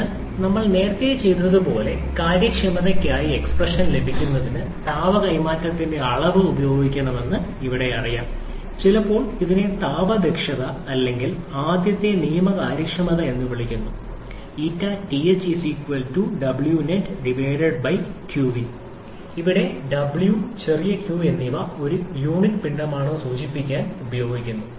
അതിനാൽ നമ്മൾ നേരത്തെ ചെയ്തതുപോലെ കാര്യക്ഷമതയ്ക്കായി എക്സ്പ്രഷൻ ലഭിക്കുന്നതിന് താപ കൈമാറ്റത്തിന്റെ അളവ് ഉപയോഗിക്കാമെന്ന് ഇവിടെ അറിയാം ചിലപ്പോൾ ഇതിനെ താപ ദക്ഷത അല്ലെങ്കിൽ ആദ്യത്തെ നിയമ കാര്യക്ഷമത എന്ന് വിളിക്കുന്നു ഇവിടെ w ചെറിയ q എന്നിവ ഒരു യൂണിറ്റ് പിണ്ഡമാണെന്ന് സൂചിപ്പിക്കാൻ ഉപയോഗിക്കുന്നു